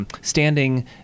standing